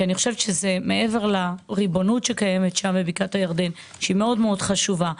מעבר לריבונות שקיימת שם בבקעת הירדן שהיא חשובה מאוד,